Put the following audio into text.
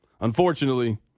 Unfortunately